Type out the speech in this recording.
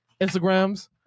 Instagrams